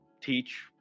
teach